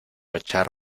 echar